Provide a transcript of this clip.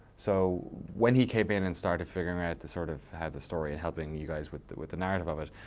so when he came in and started figuring out the sort of, had the story and helping you guys with the with the narrative of it,